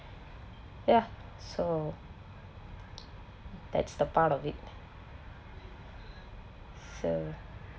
ya so that's the part of it so